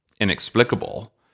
inexplicable